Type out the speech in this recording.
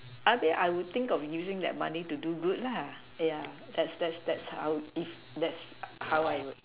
okay I will think of using that money to do good lah yeah that's that's that's how is that's how I would